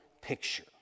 picture